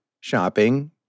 shopping